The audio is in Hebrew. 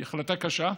היא החלטה קשה,